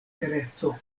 kreto